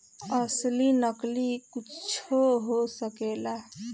असली नकली कुच्छो हो सकेला